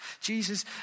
Jesus